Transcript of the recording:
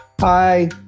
Hi